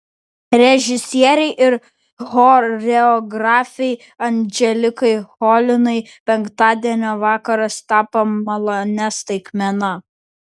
režisierei ir choreografei anželikai cholinai penktadienio vakaras tapo malonia staigmena